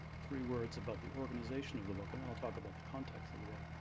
three words about the organization of the book, and then i'll talk about the context of the book.